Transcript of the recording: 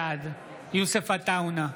בעד יוסף עטאונה,